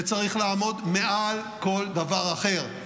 שצריך לעמוד מעל כל דבר אחר,